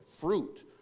Fruit